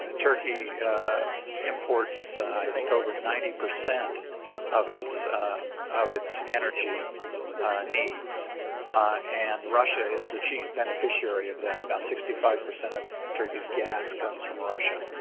ah turkey imports, i think, over ninety percent of its of its energy needs and russia is the chief beneficiary of that about sixty five percent of turkeyis gas comes from russia.